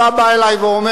אתה אומר לי: